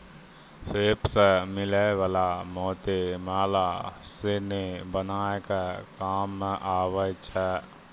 सिप सें मिलै वला मोती माला सिनी बनाय के काम में आबै छै